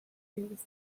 years